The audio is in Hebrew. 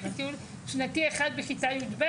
רק לטיול שנתי אחד בכיתה י"ב,